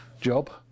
job